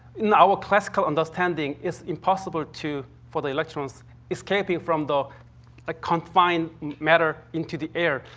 in our classical understanding, it's impossible to for the electrons escaping from the ah confined matter into the air.